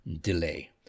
delay